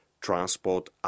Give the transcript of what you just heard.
transport